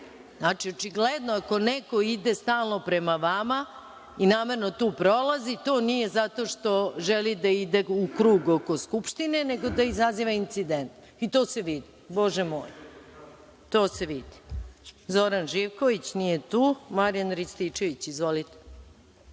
govorim. Očigledno je ako neko ide stalno prema vama i namerno tu prolazi, to nije zato što želi da ide u krug oko Skupštine, nego da izaziva incident i to se vidi, bože moj, to se vidi. Zoran Živković nije tu. Reč ima narodni